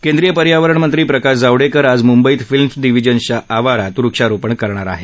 केंद्रीय पर्यावरणमंत्री प्रकाश जावडेकर आज म्म्बईत फिल्म्स डिव्हिजनच्या आवारात वृक्षारोपण करणार आहेत